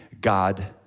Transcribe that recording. God